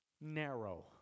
narrow